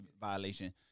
violation